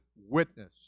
witness